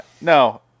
No